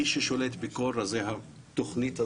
איש ששולט בכל רזי התוכנית הזו,